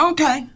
Okay